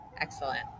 excellent